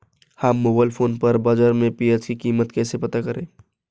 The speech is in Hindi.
हम मोबाइल फोन पर बाज़ार में प्याज़ की कीमत कैसे पता करें?